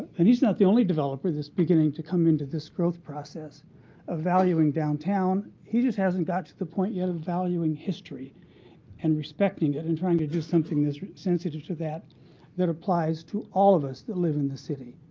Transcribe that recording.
and he's not the only developer that's beginning to come into this growth process of valuing downtown. he just hasn't got to the point yet of valuing history and respecting it, and trying to do something that's sensitive to that that applies to all of us that live in the city,